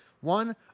One